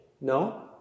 No